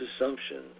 assumption